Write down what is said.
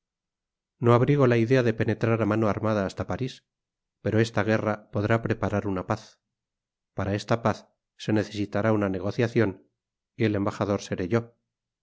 no abrigo la idea de penetrar á mano armada hasta parís pero esta guerra podrá preparar una paz para esta paz se necesitará una negociacion y el embajador seré yo